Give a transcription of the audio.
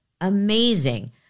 amazing